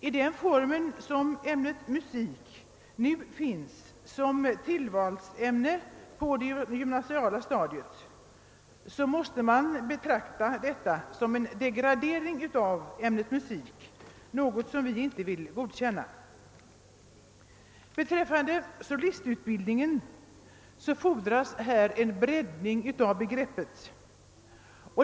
I den form som ämnet musik nu förekommer såsom tillvalsämne på det gymnasiala stadiet måste man betrakta detta såsom en degradering av ämnet musik, något som vi inte vill godkänna. Beträffande solistutbildningen fordras här en breddning av begreppet.